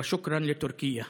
ושוכרן לטורקיה.